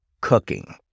cooking